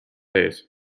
ees